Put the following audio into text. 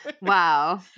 wow